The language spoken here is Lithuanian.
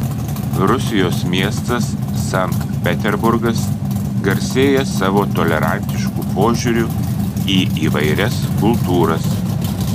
rusijos miestas sankt peterburgas garsėja savo tolerantišku požiūriu į įvairias kultūras